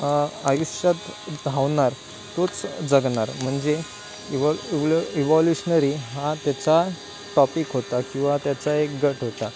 आयुष्यात धावणार तोच जगणार म्हणजे इवोल इवो इवोल्युशनरी हा त्याचा टॉपिक होता किंवा त्याचा एक गट होता